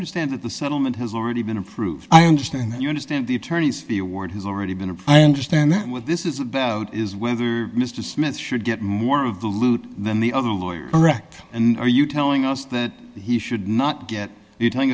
understand that the settlement has already been approved i understand that you understand the attorneys the award has already been and i understand this is about is whether mr smith should get more of the loot than the other lawyer erect and are you telling us that he should not get you telling